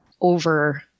over